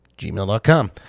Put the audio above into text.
gmail.com